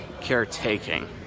caretaking